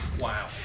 Wow